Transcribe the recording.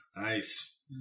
Nice